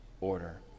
order